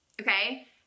Okay